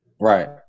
right